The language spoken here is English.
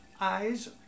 Eyes